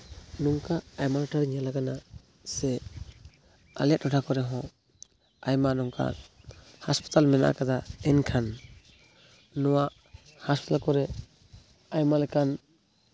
ᱱᱚᱝᱠᱟ ᱟᱭᱢᱟ ᱜᱚᱴᱟᱝ ᱧᱮᱞ ᱟᱠᱟᱱᱟ ᱥᱮ ᱟᱞᱮᱭᱟᱜ ᱴᱚᱴᱷᱟ ᱠᱚᱨᱮ ᱦᱚᱸ ᱟᱭᱢᱟ ᱱᱚᱝᱠᱟ ᱦᱟᱥᱯᱟᱛᱟᱞ ᱢᱮᱱᱟᱜ ᱟᱠᱟᱫᱟ ᱮᱱᱠᱷᱟᱱ ᱱᱚᱣᱟ ᱦᱟᱥᱯᱟᱛᱟᱞ ᱠᱚᱨᱮ ᱟᱭᱢᱟ ᱞᱮᱠᱟᱱ